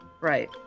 Right